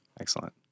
Excellent